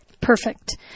Perfect